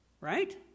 right